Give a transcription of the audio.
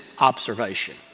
observation